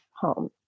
home